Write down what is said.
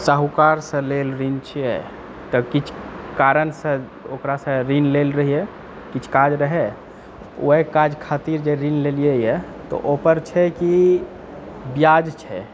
साहूकारसँ लेल ऋण छियै तऽ किछु कारणसँ ओकरासँ ऋण लेल रहियै किछु काज रहै ओएह काज खातिर जे ऋण लेलियै तऽ ओकर छै कि ब्याज छै